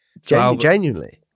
Genuinely